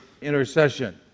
intercession